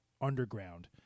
underground